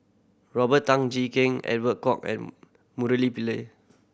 Robert Tan Jee Keng Edwin Koek and Murali Pillai